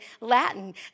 Latin